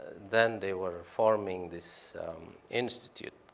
then, they were forming this institute,